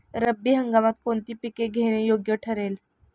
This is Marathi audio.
रब्बी हंगामात कोणती पिके घेणे योग्य ठरेल?